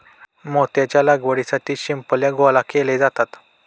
मोत्याच्या लागवडीसाठी शिंपल्या गोळा केले जातात